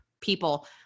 people